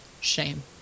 Shame